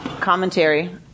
commentary